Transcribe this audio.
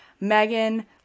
Megan